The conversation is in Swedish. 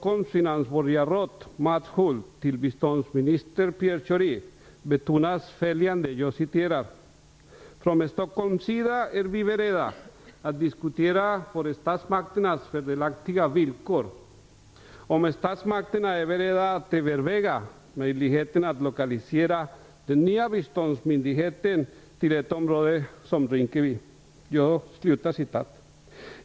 Hulth till biståndsminister Pierre Schori betonas att "från Stockholms sida är vi beredda att diskutera för statsmakterna fördelaktiga villkor om statsmakterna är beredda att överväga möjligheten att lokalisera det nya biståndsverkets kansli till något av stadens ytterområden i stället för centrum".